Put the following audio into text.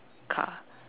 car